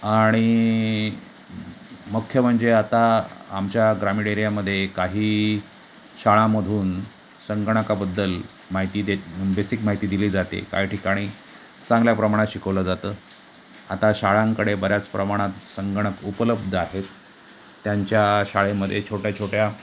आणि मुख्य म्हणजे आता आमच्या ग्रामीण एरियामध्ये काही शाळामधून संगणकाबद्दल माहिती देत बेसिक माहिती दिली जाते काही ठिकाणी चांगल्या प्रमाणात शिकवलं जातं आता शाळांकडे बऱ्याच प्रमाणात संगणक उपलब्ध आहेत त्यांच्या शाळेमध्ये छोट्याछोट्या